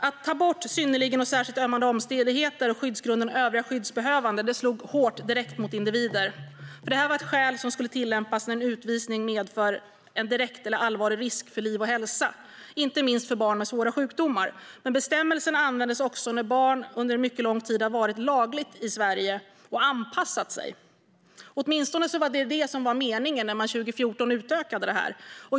Att ta bort synnerligen och särskilt ömmande omständigheter och skyddsgrunden övriga skyddsbehövande slog hårt direkt mot individer, för det var skäl som skulle tillämpas när en utvisning medför en direkt eller allvarlig risk för liv och hälsa, inte minst för barn med svåra sjukdomar. Men bestämmelsen användes också när barn under en mycket lång tid varit lagligt i Sverige och anpassat sig. Åtminstone var det meningen när man 2014 utökade detta.